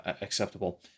acceptable